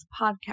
Podcast